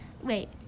wait